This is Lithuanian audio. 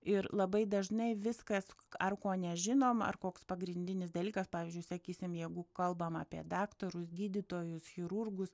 ir labai dažnai viskas ar ko nežinom ar koks pagrindinis dalykas pavyzdžiui sakysim jeigu kalbam apie daktarus gydytojus chirurgus